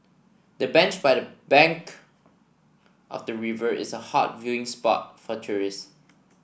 the bench by the bank of the river is a hot viewing spot for tourists